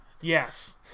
Yes